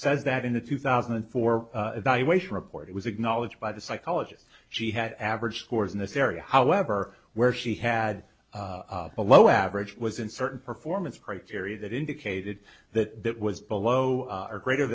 says that in a two thousand and four evaluation report it was acknowledged by the psychologist she had average scores in this area however where she had below average was in certain performance criteria that indicated that it was below or greater